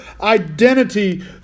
identity